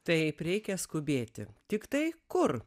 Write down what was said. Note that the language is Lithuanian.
taip reikia skubėti tiktai kur